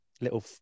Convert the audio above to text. little